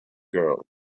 girl